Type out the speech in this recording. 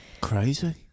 Crazy